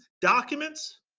documents